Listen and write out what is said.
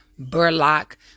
Burlock